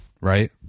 right